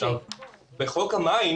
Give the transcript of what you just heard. בחוק המים